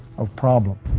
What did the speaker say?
of problem.